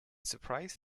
surprise